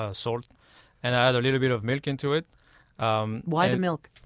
ah salt and add a little bit of milk into it um why the milk?